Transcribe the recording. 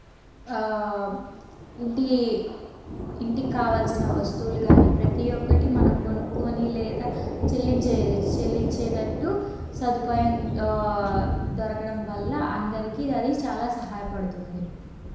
ఇంటి ఇంటికావాల్సిన వస్తువులు కానీ ప్రతి ఒక్కటి మనం కొనుక్కొని లేదా చెల్లించే చెల్లించేటట్టు సదుపాయం దొరకడం వల్ల అందరికి అది చాలా సహాయపడుతుంది